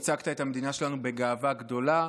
ייצגת את המדינה שלנו בגאווה גדולה,